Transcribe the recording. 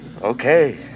okay